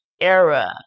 Era